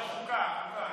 אפשר חוקה, אין בעיה.